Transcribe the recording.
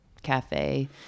cafe